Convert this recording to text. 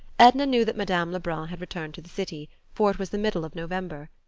edna knew that madame lebrun had returned to the city, for it was the middle of november.